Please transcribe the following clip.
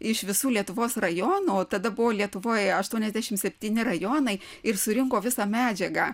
iš visų lietuvos rajonų o tada buvo lietuvoj aštuoniasdešimt septyni rajonai ir surinko visą medžiagą